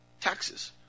taxes